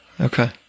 Okay